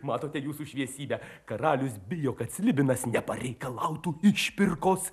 matote jūsų šviesybe karalius bijo kad slibinas nepareikalautų išpirkos